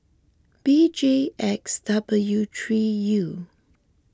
B J X W three U